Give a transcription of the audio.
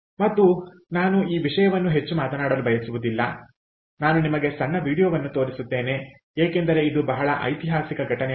ಮತ್ತು ನಾನು ಈ ವಿಷಯವನ್ನು ಹೆಚ್ಚು ಮಾತಾಡಲು ಬಯಸುವುದಿಲ್ಲನಾನು ನಿಮಗೆ ಸಣ್ಣ ವೀಡಿಯೊವನ್ನು ತೋರಿಸುತ್ತೇನೆ ಏಕೆಂದರೆ ಇದು ಬಹಳ ಐತಿಹಾಸಿಕ ಘಟನೆಯಾಗಿದೆ